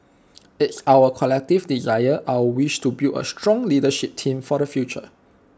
it's our collective desire our wish to build A strong leadership team for the future